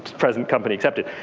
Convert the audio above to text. present company accepted.